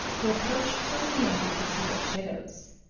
they approached so near we could see their shadows.